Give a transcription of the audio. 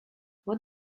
what